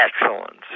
excellence